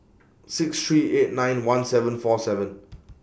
six three eight nine one seven four seven